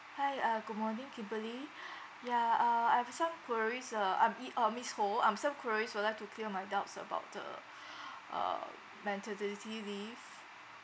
hi uh good morning kimberly ya uh I've some queries uh I'm i~ uh miss ho I've some queries would like to clear my doubts about the um maternity leave